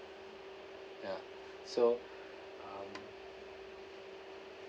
ya so um